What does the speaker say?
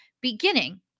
beginning